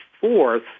fourth